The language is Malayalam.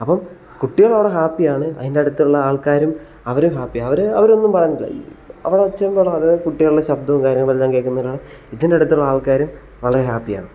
അപ്പം കുട്ടികൾ അവിടെ ഹാപ്പിയാണ് അതിൻ്റെ അടുത്തുള്ള ആൾക്കാരും അവരും ഹാപ്പിയാണ് അവർ അവരൊന്നും പറഞ്ഞില്ല അവരുടെ ഒച്ചയും ബഹളവും അത് കുട്ടികളുടെ ശബ്ദവും കാര്യങ്ങളും എല്ലാം കേൾക്കുന്ന ഒരാൾ ഇതിൻ്റെ അടുത്തുള്ള ആൾക്കാരും വളരെ ഹാപ്പിയാണ്